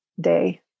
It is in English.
day